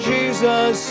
Jesus